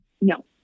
No